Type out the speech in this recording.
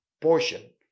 portion